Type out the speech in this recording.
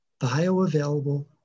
bioavailable